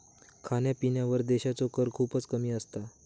खाण्यापिण्यावर देशाचो कर खूपच कमी असता